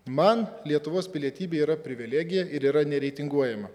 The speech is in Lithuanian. man lietuvos pilietybė yra privilegija ir yra nereitinguojama